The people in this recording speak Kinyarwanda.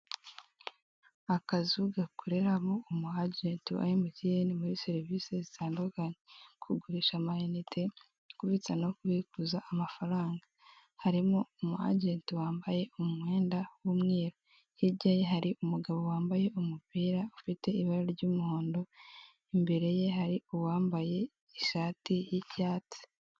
Akazu gakoreramo umu ajenti wa MTN muri serivise zitandukanye kugurisha amayinite, kubitsa no kubikuza amafaranga. Harimo umu ajenti wambaye umwenda w'umweru, hirya ye hari umugabo wambaye umupira ufite ibara ry'umuhondo, imbere ye hari uwambaye ishati y'icyatsi.